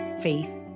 faith